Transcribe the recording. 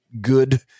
good